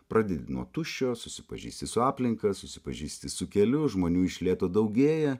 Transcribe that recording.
pradėti nuo tuščio susipažįsti su aplinka susipažįsti su keliu žmonių iš lėto daugėja